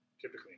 typically